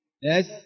Yes